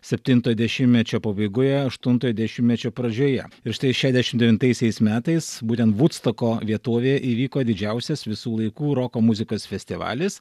septintojo dešimtmečio pabaigoje aštuntojo dešimtmečio pradžioje ir štai šešiasdešimt devintaisiais metais būtent vudstoko vietovėje įvyko didžiausias visų laikų roko muzikos festivalis